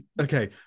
Okay